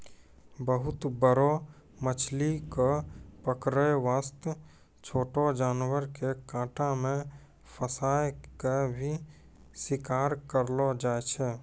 बहुत बड़ो मछली कॅ पकड़ै वास्तॅ छोटो जानवर के कांटा मॅ फंसाय क भी शिकार करलो जाय छै